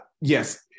yes